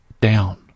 down